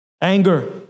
Anger